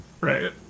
Right